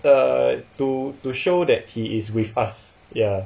uh to to show that he is with us ya